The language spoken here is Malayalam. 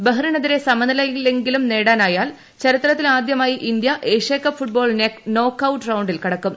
ബഹ്റിനെതിരെ സമനിലയെങ്കിലും നേടാനാ യാൽ ചരിത്രത്തിലാദൃമായി India Asia Cup football knockout റൌണ്ടിൽ കടക്കും